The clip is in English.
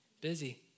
Busy